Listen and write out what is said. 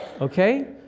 okay